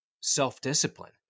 self-discipline